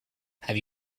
have